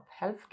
healthcare